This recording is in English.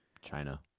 China